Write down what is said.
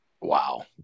Wow